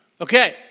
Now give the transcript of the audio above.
okay